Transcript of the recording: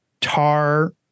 tar